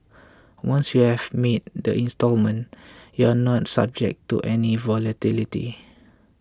once you have made the instalment you are not subject to any volatility